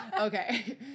Okay